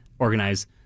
organize